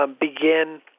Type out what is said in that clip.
begin